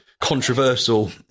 controversial